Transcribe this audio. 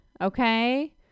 okay